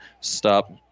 stop